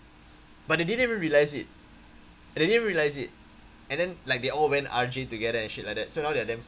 but they didn't even realize it and they didn't realize it and then like they all went R_J together and shit like that so now they're damn